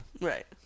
Right